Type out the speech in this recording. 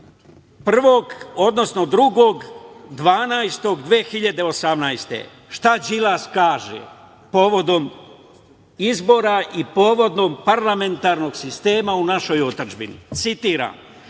kasnije, 2.12.2018. godine, šta Đilas kaže povodom izbora i povodom parlamentarnog sistema u našoj otadžbini? Citiram: